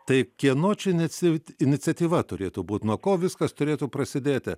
tai kieno čia inicia iniciatyva turėtų būt nuo ko viskas turėtų prasidėti